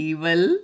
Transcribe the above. Evil